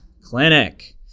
clinic